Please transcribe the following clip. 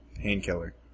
Painkiller